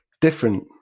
different